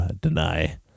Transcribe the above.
deny